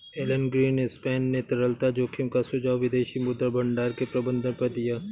Elon Greenspan ने तरलता जोखिम का सुझाव विदेशी मुद्रा भंडार के प्रबंधन पर दिया